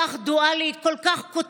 הפתטית, לא הפריטטית,